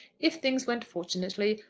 if things went fortunately,